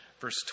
verse